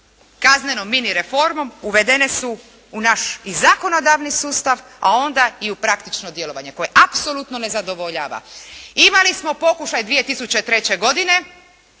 kaznenom mini reformom uvedene su u naš i zakonodavni sustav, a onda i u praktično djelovanje koje apsolutno nezadovoljava. Imali smo pokušaj 2003. godine,